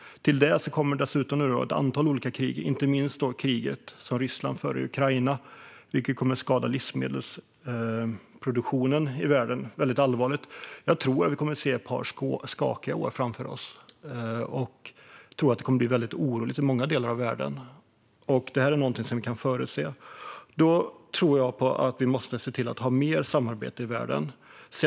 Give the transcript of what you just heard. Till det kommer dessutom ett antal olika krig, inte minst det krig som Ryssland för i Ukraina, som kommer att skada livsmedelsproduktionen i världen väldigt allvarligt. Jag tror att vi har ett par skakiga år framför oss. Jag tror att det kommer att bli väldigt oroligt i många delar av världen. Det här är någonting som vi kan förutse. Jag tror att vi måste se till att ha mer samarbete i världen.